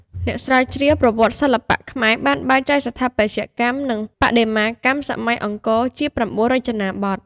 អ្នកស្រាវជ្រាវប្រវត្តិសិល្បៈខ្មែរបានបែងចែកស្ថាបត្យកម្ម និងបដិមាកម្មសម័យអង្គរជា ៩ រចនាបថ។